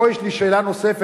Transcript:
פה יש לי שאלה נוספת.